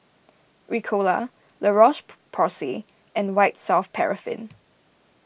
Ricola La Roche Porsay and White Soft Paraffin